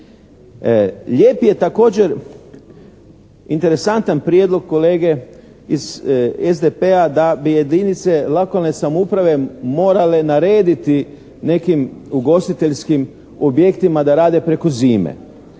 Ljeti je također interesantan prijedlog kolege iz SDP-a da bi jedinice lokalne samouprave morale narediti nekim ugostiteljskim objektima da rade preko zime.